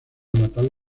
natal